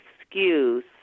excuse